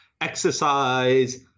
exercise